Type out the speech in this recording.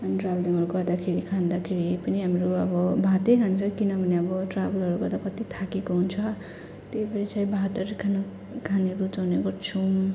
ट्राभलिङहरू गर्दाखेरि खाँदाखेरि पनि हाम्रो अब भातै खान्छौँ किनभने अब ट्रेभलहरू गर्दा कत्ति थाकेको हुन्छ त्यही भएर चाहिँ भातहरू खानु खान रुचाउने गर्छौँ